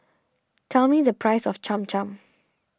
tell me the price of Cham Cham